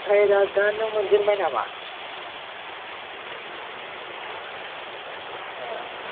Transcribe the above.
ओमफ्राय दा दा नों मोनजेनबाय नामा